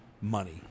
money